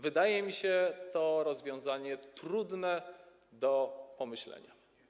Wydaje mi się, że jest to rozwiązanie trudne do pomyślenia.